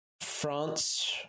France